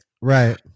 Right